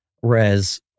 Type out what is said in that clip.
Whereas